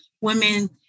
women